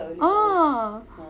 ah